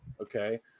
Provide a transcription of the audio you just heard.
okay